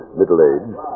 middle-aged